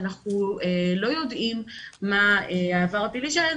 שאנחנו לא יודעים מה העבר הפלילי שלהן,